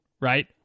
Right